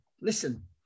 listen